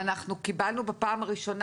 בפעם הראשונה,